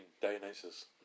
Dionysus